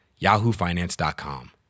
yahoofinance.com